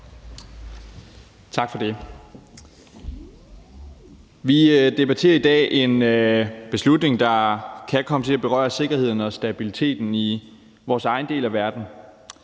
Tak for det. Vi debatterer i dag en beslutning, der kan komme til at berøre sikkerheden og stabiliteten i vores egen del af verden.